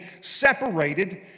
separated